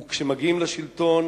וכשמגיעים לשלטון,